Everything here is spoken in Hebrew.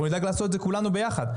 אנחנו נדאג לעשות את זה כולנו ביחד,